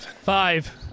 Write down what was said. five